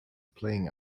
playing